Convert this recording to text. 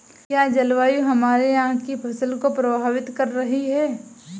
क्या जलवायु हमारे यहाँ की फसल को प्रभावित कर रही है?